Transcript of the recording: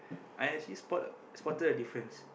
I actually spot a spotted a difference